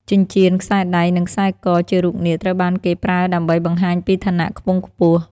ចិញ្ចៀន ខ្សែដៃ និងខ្សែ ក ជារូបនាគត្រូវបានគេប្រើដើម្បីបង្ហាញពីឋានៈខ្ពង់ខ្ពស់។